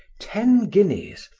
ten guineas,